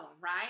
right